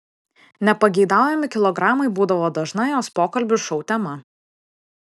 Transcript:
nepageidaujami kilogramai būdavo dažna jos pokalbių šou tema